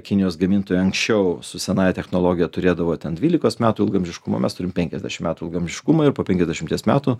kinijos gamintojai anksčiau su senąja technologija turėdavo ten dvylikos metų ilgaamžiškumą mes turim penkiasdešimt metų ilgaamžiškumą ir po penkiasdešimties metų